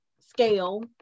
scale